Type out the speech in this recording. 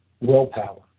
willpower